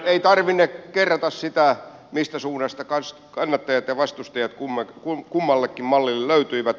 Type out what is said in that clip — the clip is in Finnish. ei tarvinne kerrata sitä mistä suunnasta kannattajat ja vastustajat kummallekin mallille löytyivät